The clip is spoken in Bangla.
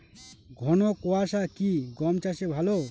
ঘন কোয়াশা কি গম চাষে ভালো?